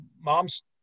moms